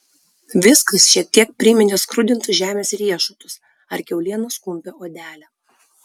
viskas šiek tiek priminė skrudintus žemės riešutus ar kiaulienos kumpio odelę